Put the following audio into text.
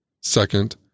Second